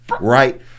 right